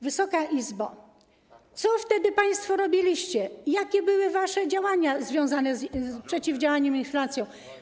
Wysoka Izbo, co wtedy państwo robiliście, jakie były wasze działania związane z przeciwdziałaniem inflacji?